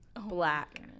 Black